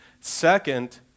Second